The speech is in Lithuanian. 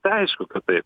tai aišku kad taip